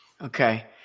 Okay